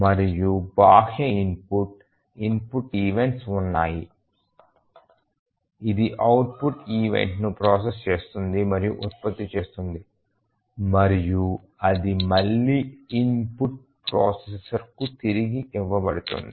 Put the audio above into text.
మరియు బాహ్య input input events ఉన్నాయి ఇది అవుట్పుట్ ఈవెంట్ ను ప్రాసెస్ చేస్తుంది మరియు ఉత్పత్తి చేస్తుంది మరియు అది మళ్ళీ ఇన్పుట్ ప్రాసెసర్కు తిరిగి ఇవ్వబడుతుంది